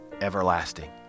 everlasting